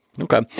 Okay